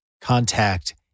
contact